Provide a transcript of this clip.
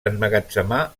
emmagatzemar